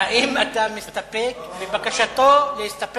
האם אתה מסתפק בבקשתו של השר?